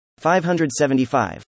575